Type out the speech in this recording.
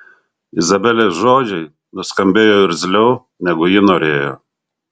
izabelės žodžiai nuskambėjo irzliau negu ji norėjo